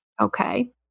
Okay